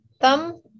thumb